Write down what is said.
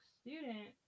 student